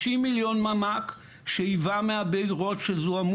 50 מיליון ממ"ק שאיבה מהבארות שזוהמו